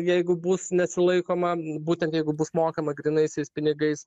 jeigu bus nesilaikoma būtent jeigu bus mokama grynaisiais pinigais